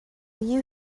you